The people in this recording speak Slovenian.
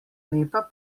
lepa